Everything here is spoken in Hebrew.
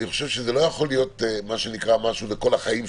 אני חושב שזה לא יכול להיות לכל החיים,